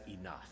enough